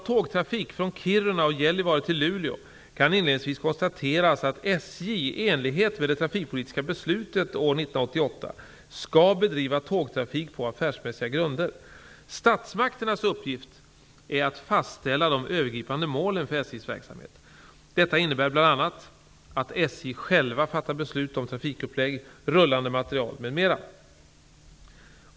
1988 skall bedriva tågtrafik på affärsmässiga grunder. Statsmakternas uppgift är att fastställa de övergripande målen för SJ:s verksamhet. Detta innebär bl.a. att SJ självt fattar beslut om trafikupplägg, rullande materiel m.m.